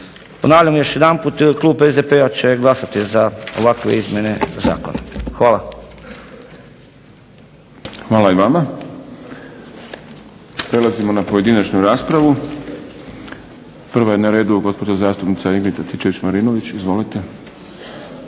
Ponavljam još jedanput Klub SDP-a će glasati za ovakve izmjene zakona. Hvala. **Šprem, Boris (SDP)** Hvala i vama. Prelazimo na pojedinačnu raspravu. Prva je na redu gospođa zastupnica Ingrid Antičević Marinović. Izvolite.